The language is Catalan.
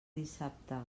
dissabte